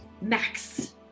Max